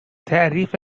تعریف